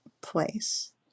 place